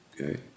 Okay